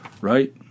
right